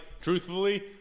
truthfully